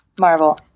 Marvel